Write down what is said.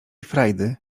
frajdy